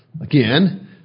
Again